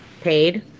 paid